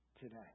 today